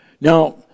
Now